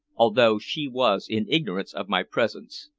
although she was in ignorance of my presence.